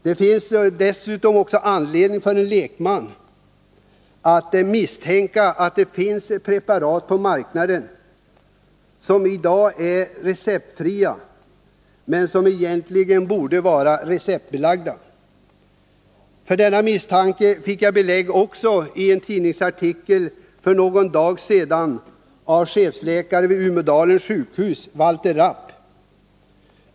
Det finns anledning även för en lekman att misstänka att det finns preparat på marknaden som är receptfria men som egentligen borde vara receptbelagda. För denna misstanke fick jag belägg i en tidningsartikel för någon dag sedan av chefsläkaren vid Umedalens sjukhus Valter Rapp.